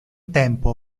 tempo